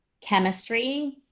chemistry